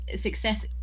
success